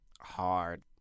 hard